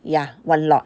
ya one lot